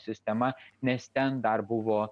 sistema nes ten dar buvo